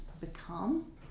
become